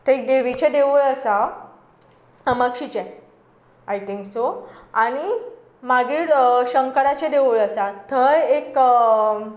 थंय एक देवीचें देवूळ आसा कामाक्षीचें आय थींक सो आनी मागीर शंकराचें देवूळ आसा थंय एक